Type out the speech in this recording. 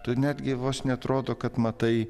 tu netgi vos neatrodo kad matai